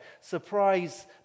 surprise